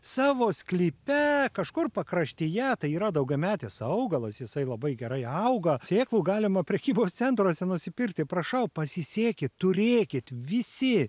savo sklype kažkur pakraštyje tai yra daugiametis augalas jisai labai gerai auga sėklų galima prekybos centruose nusipirkti prašau pasisėkit turėkit visi